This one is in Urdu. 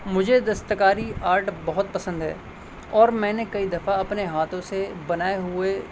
مجھے دستکاری آرٹ بہت پسند ہے اور میں نے کئی دفعہ اپنے ہاتھوں سے بنائے ہوئے